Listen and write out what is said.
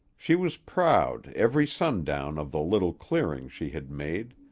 she was proud every sundown of the little clearing she had made,